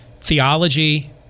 theology